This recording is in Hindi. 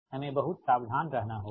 हमें बहुत सावधान रहना होगा